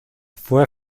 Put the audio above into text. fue